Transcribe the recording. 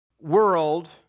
world